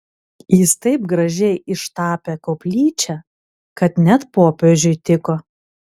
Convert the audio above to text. jis taip gražiai ištapė koplyčią kad net popiežiui tiko